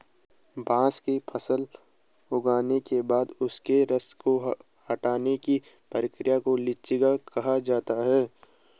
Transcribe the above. बांस की फसल उगने के बाद उसके रस को हटाने की प्रक्रिया को लीचिंग कहा जाता है